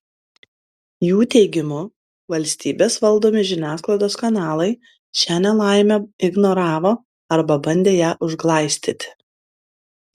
jų teigimu valstybės valdomi žiniasklaidos kanalai šią nelaimę ignoravo arba bandė ją užglaistyti